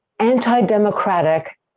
anti-democratic